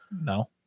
no